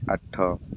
ଆଠ